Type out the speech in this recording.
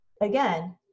Again